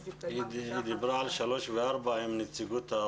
או שהתקיימה פגישה אחת.